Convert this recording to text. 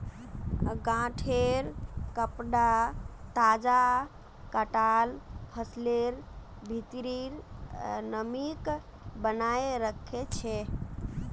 गांठेंर कपडा तजा कटाल फसलेर भित्रीर नमीक बनयें रखे छै